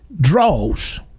draws